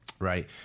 Right